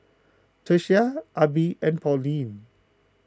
Tyesha Abie and Pauline